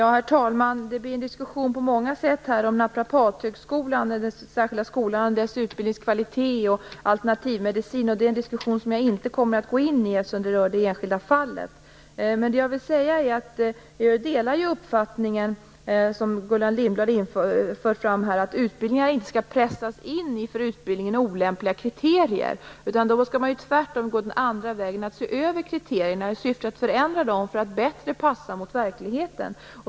Herr talman! Det här blir på många sätt en diskussion om Naprapathögskolan, kvaliteten på dess utbildning och alternativmedicin. Den diskussionen kommer jag inte att gå in i, eftersom den rör det enskilda fallet. Jag vill säga att jag delar uppfattningen som Gullan Lindblad för fram, om att en utbildning inte skall pressas in i för utbildningen olämpliga kriterier. Man skall tvärtom gå den andra vägen och se över kriterierna i syfte att förändra dem, så att de bättre passar mot verkligheten.